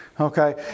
Okay